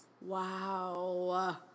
Wow